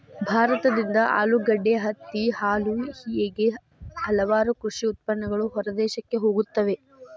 ಭಾರತದಿಂದ ಆಲೂಗಡ್ಡೆ, ಹತ್ತಿ, ಹಾಲು ಹೇಗೆ ಹಲವಾರು ಕೃಷಿ ಉತ್ಪನ್ನಗಳು ಹೊರದೇಶಕ್ಕೆ ಹೋಗುತ್ತವೆ